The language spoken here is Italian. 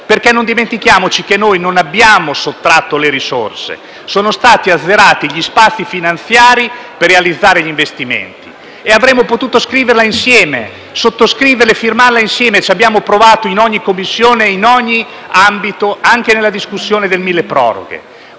dobbiamo dimenticare che non abbiamo sottratto le risorse, ma sono stati azzerati gli spazi finanziari per realizzare gli investimenti. Avremmo potuto scriverla e firmarla insieme, ci abbiamo provato in ogni Commissione e in ogni ambito, anche nella discussione del milleproroghe.